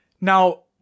Now